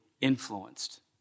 influenced